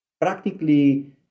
practically